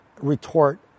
retort